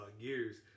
gears